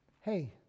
Hey